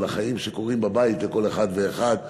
על החיים של כל אחד ואחד בבית,